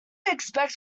expect